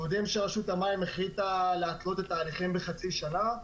יודעים שרשות המים החליטה להתלות את ההליכים בחצי שנה,